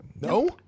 No